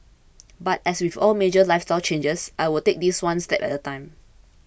but as with all major lifestyle changes I'll take this one step at a time